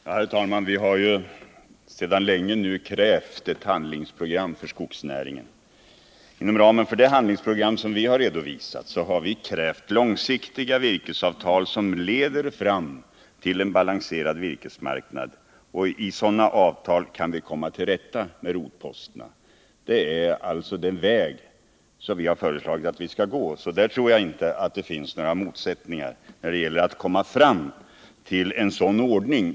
Herr talman! Vi har sedan länge krävt ett handlingsprogram för skogsnäringen. Inom ramen för det handlingsprogram som vi redovisat har vi krävt långsiktiga virkesavtal, som leder fram till en balanserad virkesmarknad. Med sådana avtal kan vi komma till rätta med rotposterna. Det är den väg som vi föreslagit att man skall gå. Jag tror alltså inte att det finns några motsättningar när det gäller att komma fram till en sådan ordning.